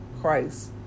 Christ